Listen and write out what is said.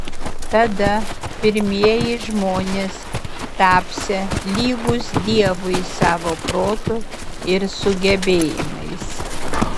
tada pirmieji žmonės tapsią lygūs dievui savo protu ir sugebėjimais